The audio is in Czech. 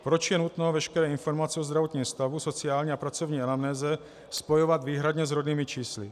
Proč je nutno veškeré informace o zdravotním stavu, sociální a pracovní anamnéze spojovat výhradně s rodnými čísly?